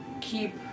keep